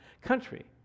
country